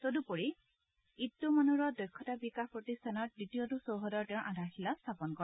তদুপৰি ইট্টোমানুৰত দক্ষতা বিকাশ প্ৰতিষ্ঠানৰ দ্বিতীয়টো চৌহদৰ তেওঁ আধাৰশিলা স্থাপন কৰে